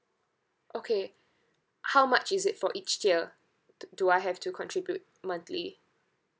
okay how much is it for each tier d~ do I have to contribute monthly